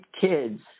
kids